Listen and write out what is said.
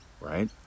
right